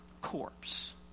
corpse